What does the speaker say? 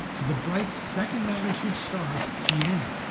to the bright second magnitude star gienah.